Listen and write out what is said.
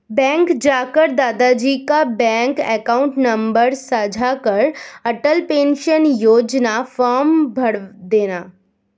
bank जाकर दादा जी का बैंक अकाउंट नंबर साझा कर अटल पेंशन योजना फॉर्म भरदेना